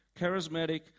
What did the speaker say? charismatic